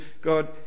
God